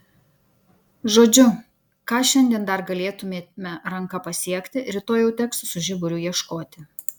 žodžiu ką šiandien dar galėtumėme ranka pasiekti rytoj jau teks su žiburiu ieškoti